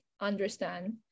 understand